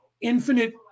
infinite